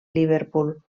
liverpool